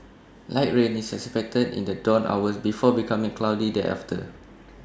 light rain is expected in the dawn hours before becoming cloudy thereafter